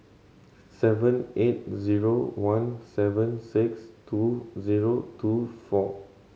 seven eight zero one seven six two zero two four